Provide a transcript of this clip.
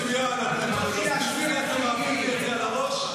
אני מבין מצוין, אבל לא להעביר את זה על הראש.